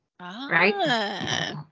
Right